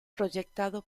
proyectado